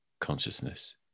consciousness